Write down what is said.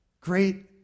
Great